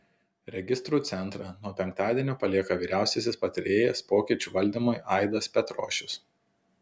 registrų centrą nuo penktadienio palieka vyriausiasis patarėjas pokyčių valdymui aidas petrošius